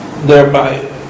thereby